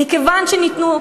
מכיוון שניתנו,